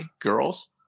Girls